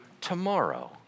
tomorrow